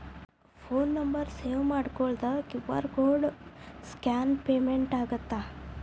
Phone number save ಮಾಡಿಕೊಳ್ಳದ QR code scan payment ಆಗತ್ತಾ?